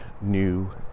new